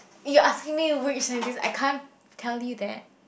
you asking me which scientist I can't tell you that